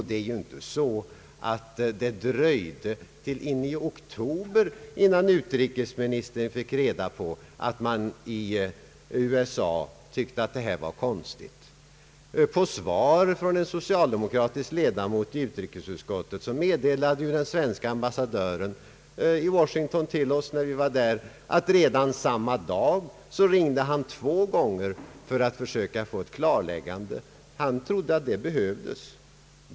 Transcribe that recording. Det dröjde ju inte till in i oktober innan utrikesministern fick reda på att man i USA tyckte att detta var konstigt. Som svar till en socialdemokratisk ledamot i utrikesutskottet meddelade den svenska ambassadören i Washington, när vi var där, att han redan samma dag ringde två gånger för att försöka få ett klarläggande. Han trodde att det behövdes.